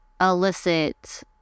elicit